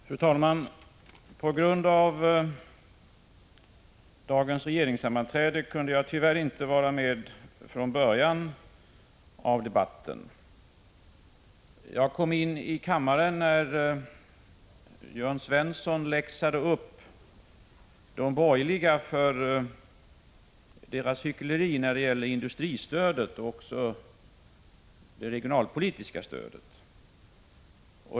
Fru talman! På grund av dagens regeringssammanträde kunde jag tyvärr inte vara med från början av debatten. Jag kom in i kammaren när Jörn Svensson läxade upp de borgerliga för deras hyckleri när det gäller industristödet och även det regionalpolitiska stödet.